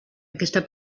aquesta